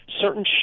certain